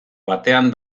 batean